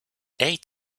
eight